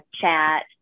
chat